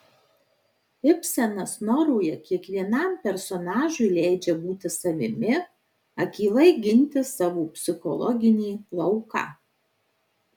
ibsenas noroje kiekvienam personažui leidžia būti savimi akylai ginti savo psichologinį lauką